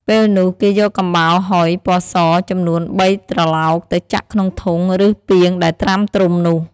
ពេលនោះ គេយកកំបោរហុយ (ពណ៌ស) ចំនួនបីត្រឡោកទៅចាក់ក្នុងធុង ឬ ពាងដែលត្រាំត្រុំនោះ។